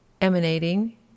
emanating